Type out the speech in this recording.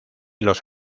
los